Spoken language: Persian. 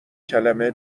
کلمه